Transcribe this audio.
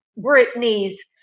Britney's